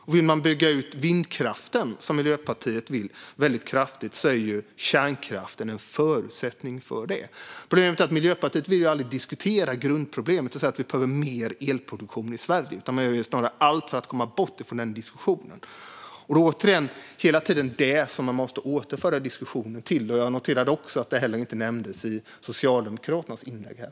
Kärnkraften är en förutsättning för att bygga ut vindkraften väldigt kraftigt, som Miljöpartiet vill. Problemet är att Miljöpartiet aldrig vill diskutera grundproblemet, det vill säga att vi behöver mer elproduktion i Sverige. Man gör snarare allt för att komma bort från den diskussionen. Det är hela tiden detta som diskussionen måste återföras till. Jag noterade att detta inte heller nämndes i Socialdemokraternas inlägg här.